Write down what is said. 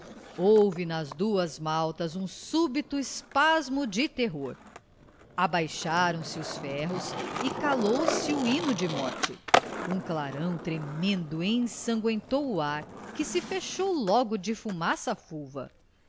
houve nas duas maltas um súbito espasmo de terror abaixaram se os ferros e calou-se o hino de morte um clarão tremendo ensangüentou o ar que se fechou logo de fumaça fulva